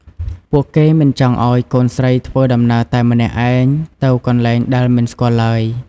ពួកគេមិនចង់ឱ្យកូនស្រីធ្វើដំណើរតែម្នាក់ឯងទៅកន្លែងដែលមិនស្គាល់ឡើយ។